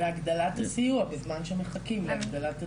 בהגדלת הסיוע בזמן שמחכים להגדלת הדירות,